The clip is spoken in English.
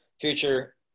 future